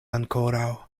ankoraŭ